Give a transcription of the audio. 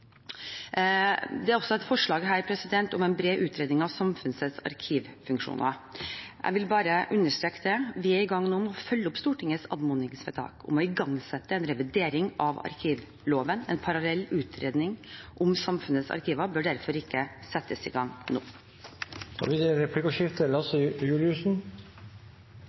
Det er også et forslag her om en bred utredning av samfunnets arkivfunksjoner. Jeg vil bare understreke: Vi er nå i gang med å følge opp Stortingets anmodningsvedtak om å igangsette en revidering av arkivloven. En parallell utredning om samfunnets arkiver bør derfor ikke settes i gang nå. Det blir replikkordskifte.